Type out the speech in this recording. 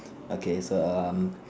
okay so um